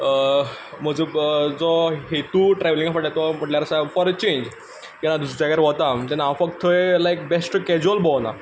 म्हजो जो हेतू ट्रॅव्हलिंगा फाटल्यान तो म्हटल्यार जावन आसा फोर अ चेंज जेन्ना दुसऱ्या जाग्यार वता तेन्ना हांव फक्त थंय लायक बेश्टो कॅज्युअल भोंवना